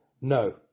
No